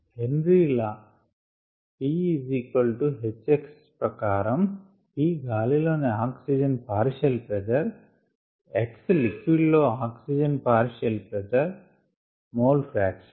Henry law Henrys law p hx ప్రకారం p గాలి లో oxygen partial pressure x liquid లో oxygen partial pressure mole fraction